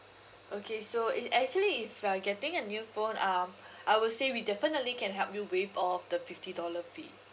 okay so if actually if you're getting a new phone um I would say we definitely can help you waive off the fifty dollar fee